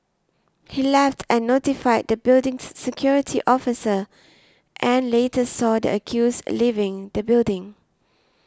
he left and notified the building's security officer and later saw the accused leaving the building